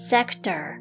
Sector